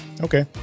Okay